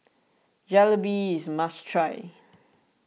Jalebi is a must try